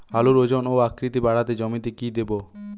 আলুর ওজন ও আকৃতি বাড়াতে জমিতে কি দেবো?